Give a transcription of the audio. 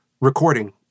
recording